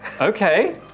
Okay